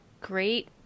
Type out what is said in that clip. great